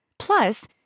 Plus